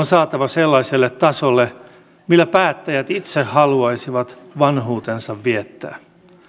saatava sellaiselle tasolle millä päättäjät itse haluaisivat vanhuutensa viettää